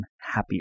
happier